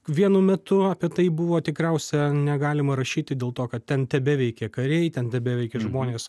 vienu metu apie tai buvo tikriausia negalima rašyti dėl to kad ten tebeveikė kariai ten tebeveikė žmonės